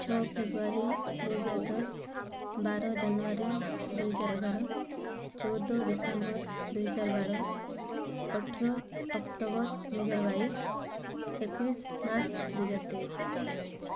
ଛଅ ଫେବୃଆରୀ ଦୁଇ ହଜାର ଦଶ ବାର ଜାନୁଆରୀ ଦୁଇ ହଜାର ଏଗାର ଚଉଦ ଡିସେମ୍ବର ଦୁଇ ହଜାର ବାର ଅଠର ଅକ୍ଟୋବର ଦୁଇ ହଜାର ବାଇଶି ଏକୋଇଶି ମାର୍ଚ୍ଚ ଦୁଇ ହଜାର ତେଇଶି